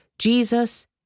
Jesus